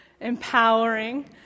empowering